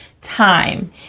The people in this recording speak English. time